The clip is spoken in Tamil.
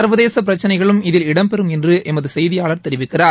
சர்வதேச பிரச்சினைகளும் இதில் இடம்பெறும் என்று எமது செய்தியாளர் தெரிவிக்கிறார்